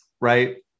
Right